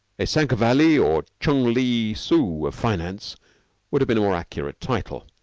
a cinquevalli or chung ling soo of finance would have been a more accurate title.